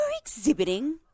exhibiting